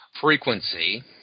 frequency